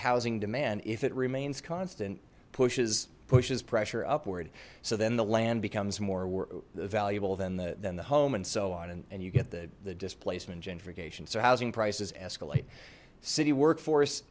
housing demand if it remains constant pushes pushes pressure upward so then the land becomes more valuable than the than the home and so on and and you get the the displacement gentrification so housing prices escalate city workforce